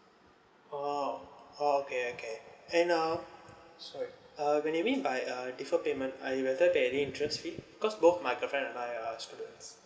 oh oh okay okay and um sorry uh when you mean by uh differ payment I rather pay any interest fee cause both my girlfriend and I are students